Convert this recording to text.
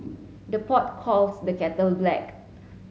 the pot calls the kettle black